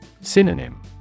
Synonym